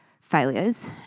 failures